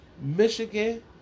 Michigan